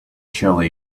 chile